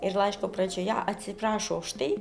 ir laiško pradžioje atsiprašo už tai